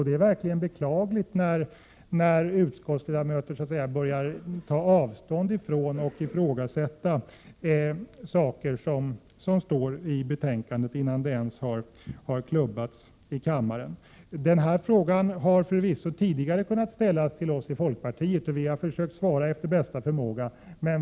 Det är verkligen beklagligt när utskottsledamöter börjar ta avstånd från och ifrågasätta saker som står i betänkandet, innan ärendet ens har klubbats i kammaren. Den här frågan har förvisso tidigare kunnat ställas till oss i folkpartiet, och vi har försökt svara efter bästa förmåga, men fr.o.m. nu Prot.